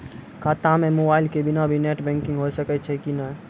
खाता म मोबाइल के बिना भी नेट बैंकिग होय सकैय छै कि नै?